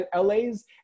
LA's